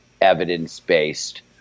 evidence-based